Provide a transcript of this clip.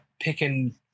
picking